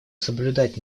соблюдать